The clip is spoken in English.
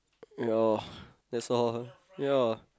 no that's all ya